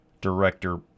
director